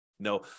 No